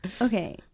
okay